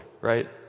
Right